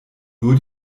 nur